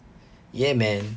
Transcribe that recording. ya man